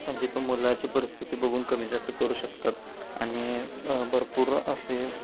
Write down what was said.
म्हणजे तो मुलाची परिस्थिती बघून कमी जास्त करू शकतात आणि भरपूर असे